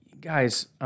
guys